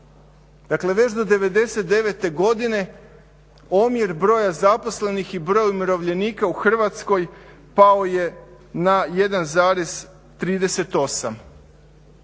Dakle, već do 99.-te godine omjer broja zaposlenih i broja umirovljenika u Hrvatskoj pao je na 1,38.